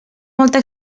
molta